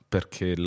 Perché